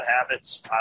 habits